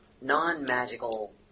non-magical